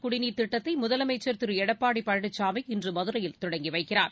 குடிநீர் திட்டத்தைமுதலமைச்சர் முல்லைப் திருஎடப்பாடிபழனிசாமி இன்றுமதுரையில் தொடங்கிவைக்கிறார்